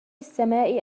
السماء